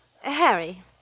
Harry